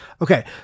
Okay